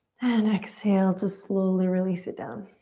and exhale to slowly release it down.